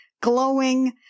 glowing